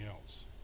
else